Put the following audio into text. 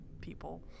people